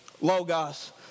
Logos